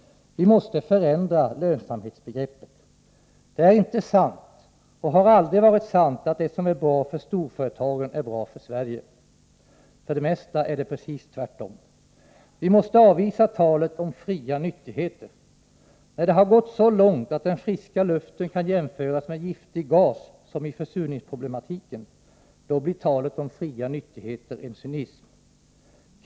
Vi måste förändra lönsamhetsbegreppet. Det är inte sant och har aldrig varit sant att det som är bra för storföretagen är bra för Sverige. För det mesta är det precis tvärtom. Vi måste avvisa talet om fria nyttigheter. När det har gått så långt att den friska luften kan jämföras med giftig gas, som när det gäller försurningsproblematiken, då blir talet om fria nyttigheter en cynism.